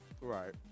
Right